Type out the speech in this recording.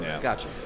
Gotcha